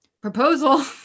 proposal